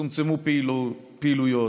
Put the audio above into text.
צומצמו פעילויות,